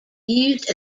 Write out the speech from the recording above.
used